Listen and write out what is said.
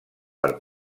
per